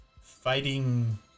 Fighting